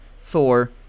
Thor